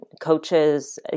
Coaches